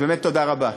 אז באמת תודה רבה,